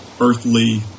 earthly